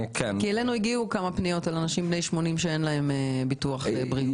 אלינו הגיעו כמה פניות על אנשים בני 80 שאין להם ביטוח בריאות.